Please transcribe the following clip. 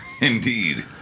Indeed